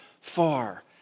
far